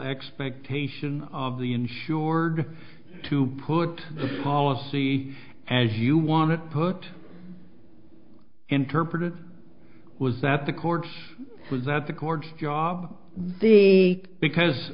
expectation of the insured to put the policy as you want it put interpreted was that the courts was that the courts job the because